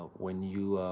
when you